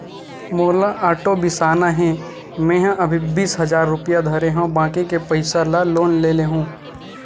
मोला आटो बिसाना हे, मेंहा अभी बीस हजार रूपिया धरे हव बाकी के पइसा ल लोन ले लेहूँ